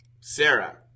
Sarah